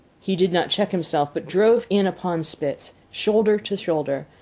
he did not check himself, but drove in upon spitz, shoulder to shoulder,